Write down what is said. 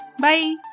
Bye